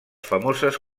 famoses